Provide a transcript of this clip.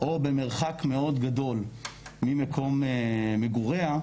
או במרחק מאוד גדול ממקום מגוריה,